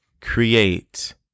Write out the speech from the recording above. create